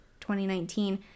2019